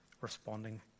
responding